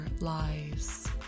lies